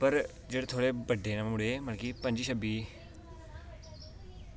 पर जेह्ड़े थोह्ड़े बड्डे न मुढ़े मतलव कि पंजी छब्बी